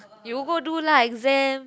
you go do lah exam